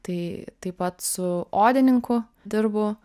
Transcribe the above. tai taip pat su odininku dirbu